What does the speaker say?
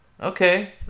Okay